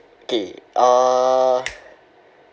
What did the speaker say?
okay uh